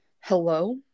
Hello